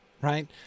right